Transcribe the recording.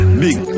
big